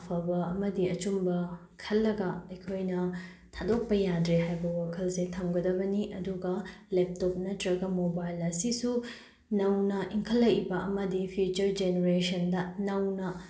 ꯑꯐꯕ ꯑꯃꯗꯤ ꯑꯆꯨꯝꯕ ꯈꯜꯂꯒ ꯑꯩꯈꯣꯏꯅ ꯊꯥꯗꯣꯛꯄ ꯌꯥꯗ꯭ꯔꯦ ꯍꯥꯏꯕ ꯋꯥꯈꯜꯁꯦ ꯊꯝꯒꯗꯕꯅꯤ ꯑꯗꯨꯒ ꯂꯦꯞꯇꯣꯞ ꯅꯠꯇ꯭ꯔꯒ ꯃꯣꯕꯥꯏꯜ ꯑꯁꯤꯁꯨ ꯅꯧꯅ ꯏꯟꯈꯠꯂꯛꯏꯕ ꯑꯃꯗꯤ ꯐ꯭ꯌꯨꯆꯔ ꯖꯦꯅꯦꯔꯦꯁꯟꯗ ꯅꯧꯅ